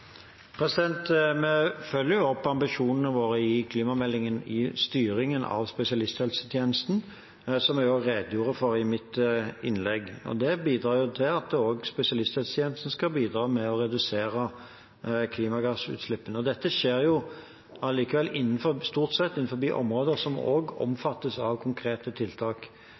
Vi følger opp ambisjonene våre i klimameldingen i styringen av spesialisthelsetjenesten, som jeg redegjorde for i mitt innlegg, og det bidrar til at også spesialisthelsetjenesten skal bidra med å redusere klimagassutslippene. Dette skjer allikevel stort sett innenfor områder som omfattes av konkrete tiltak.